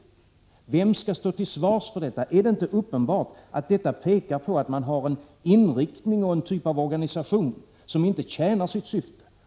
Vem skall stå till svars för detta? Är det inte uppenbart att detta pekar på att man har en inriktning och en typ av organisation som inte tjänar sitt syfte?